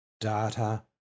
data